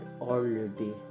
already